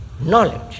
knowledge